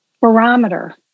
barometer